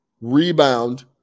rebound